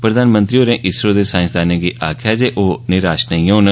प्रधानमंत्री होरें इसरो दे साईंसदानें गी आखेआ ऐ जे ओह नराश नेंई होन